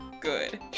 good